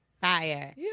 fire